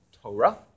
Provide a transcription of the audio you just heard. torah